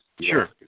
Sure